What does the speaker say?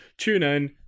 TuneIn